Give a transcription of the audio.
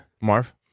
Marv